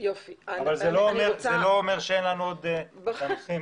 זה לא אומר שאין לנו על מה לעבוד,